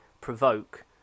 provoke